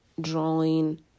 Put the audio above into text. drawing